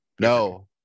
No